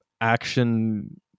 action